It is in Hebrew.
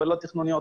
מגבלות תכנוניות